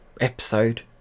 episode